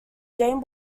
game